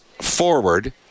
forward